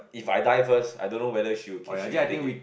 if I die first I don't know whether she will she can take it